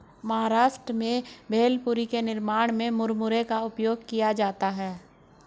महाराष्ट्र में भेलपुरी के निर्माण में मुरमुरे का उपयोग किया जाता है